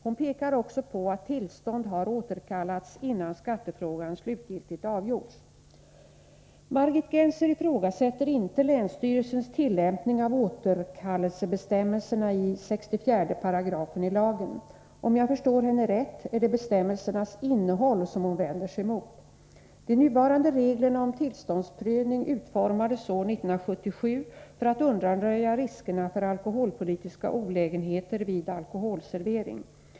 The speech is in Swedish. Hon pekar också på att tillstånd har återkallats innan skattefrågan slutgiltigt avgjorts. Margit Gennser ifrågasätter inte länsstyrelsens tillämpning av återkallelsebestämmelserna i 64 § i lagen. Om jag förstår henne rätt, är det bestämmelsernas innehåll som hon vänder sig mot. De nuvarande reglerna om tillståndsprövning utformades år 1977 för att undanröja riskerna för alkoholpolitiska olägenheter vid alkoholservering.